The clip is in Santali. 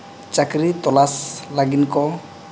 ᱪᱟᱠᱨᱤ ᱛᱚᱞᱟᱥ ᱞᱟᱹᱜᱤᱫ ᱠᱚ